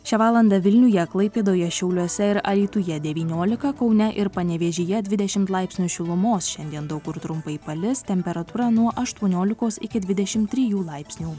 šią valandą vilniuje klaipėdoje šiauliuose ir alytuje devyniolika kaune ir panevėžyje dvidešim laipsnių šilumos šiandien daug kur trumpai palis temperatūra nuo aštuoniolikos iki dvidešim trijų laipsnių